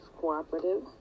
Cooperative